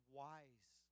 wise